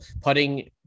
putting